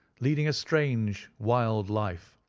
leading a strange wild life,